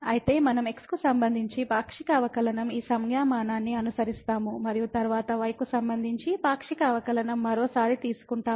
కాబట్టి మనం x కు సంబంధించి పాక్షిక అవకలనం ఈ సంజ్ఞామానాన్ని అనుసరిస్తాము మరియు తరువాత y కు సంబంధించి పాక్షిక అవకలనం మరోసారి తీసుకుంటాము